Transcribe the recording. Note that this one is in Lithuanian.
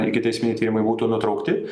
ikiteisminiai tyrimai būtų nutraukti